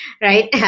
right